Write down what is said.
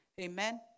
amen